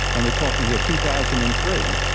and we are talking here two thousand and three,